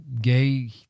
gay